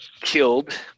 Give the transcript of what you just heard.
killed